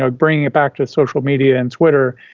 ah bringing it back to social media and twitter,